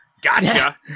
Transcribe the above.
Gotcha